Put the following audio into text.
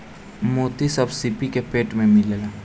मोती सब सीपी के पेट में मिलेला